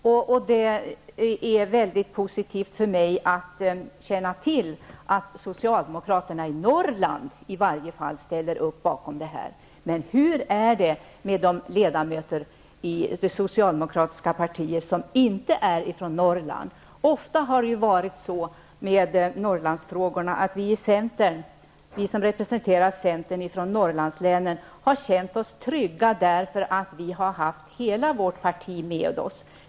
Det är mycket positivt för mig att känna till att socialdemokraterna, i Norrland i varje fall, ställer upp bakom detta. Men hur är det med de ledamöter i det socialdemokratiska partiet som inte är från Norrland? Ofta har det varit så med Norrlandsfrågorna att vi från Norrlandslänen som representerar centern har känt oss trygga därför att vi har haft hela vårt parti med oss.